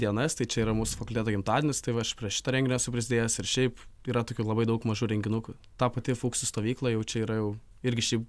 dienas tai čia yra mūsų fakulteto gimtadienis tai va aš prie šito renginio esu prisidėjęs ir šiaip yra tokių labai daug mažų renginukų ta pati fuksų stovykla jau čia yra jau irgi šiaip